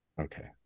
Okay